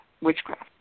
witchcraft